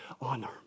honor